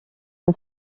aux